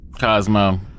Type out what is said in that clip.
Cosmo